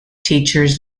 teachers